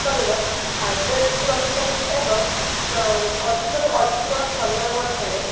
ଶରୀର ହାଇଡ଼୍ରେଟ୍ ରହିଥାଏ ଏବଂ ଅଧିକରୁ ଅଧିକ ସମୟ ମଧ୍ୟରେ